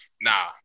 nah